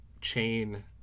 chain